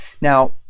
Now